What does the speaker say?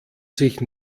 sich